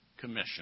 Commission